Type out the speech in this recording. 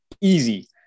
easy